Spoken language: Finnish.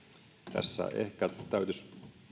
tässä ehkä täytyisi